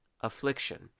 affliction